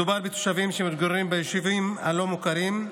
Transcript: מדובר בתושבים שמתגוררים ביישובים הלא-מוכרים,